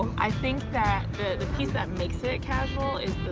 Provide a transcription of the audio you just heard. i think that the piece that makes it it casual is